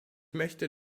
möchte